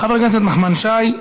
חבר הכנסת נחמן שי,